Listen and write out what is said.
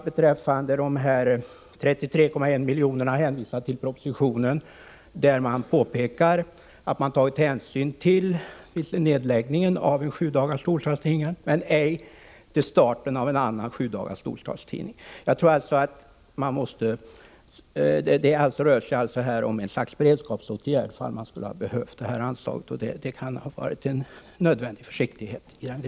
Beträffande de 33,1 miljonerna vill jag hänvisa till propositionen, där det påpekas att man har tagit hänsyn till nedläggningen av en sjudagars storstadstidning men också till starten av en annan sjudagars storstadstidning. Det rör sig alltså om ett slags beredskapsåtgärd, om man skulle ha behövt detta anslag, och det kan ha varit en nödvändig försiktighetsåtgärd.